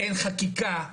אין חקיקה,